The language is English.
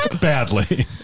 Badly